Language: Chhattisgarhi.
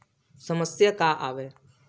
समस्या का आवे?